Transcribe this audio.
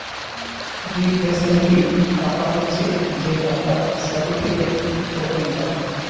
representative টাকা হচ্ছে যে টাকার সার্টিফিকেটে, টোকেন পায়